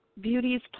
Beauty's